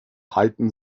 halten